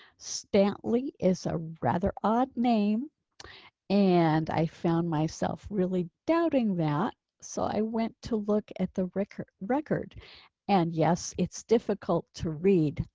stantley is a rather odd name and i found myself really doubting that so i went to look at the record. and yes, it's difficult to read,